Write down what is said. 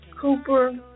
Cooper